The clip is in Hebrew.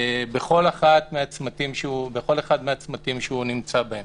בכל אחד מהצמתים שהם נמצאים בהם.